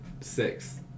six